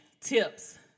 tips